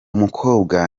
mukobwa